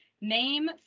Name